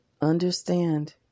Understand